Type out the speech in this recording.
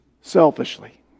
selfishly